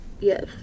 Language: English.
Yes